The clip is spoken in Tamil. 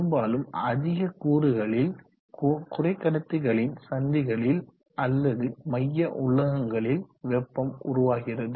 பெரும்பாலும் அதிக கூறுகளில் குறைக்கடத்திகளின் சந்திகளில் அல்லது மைய உள்ளகங்களில் வெப்பம் உருவாகிறது